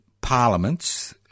parliaments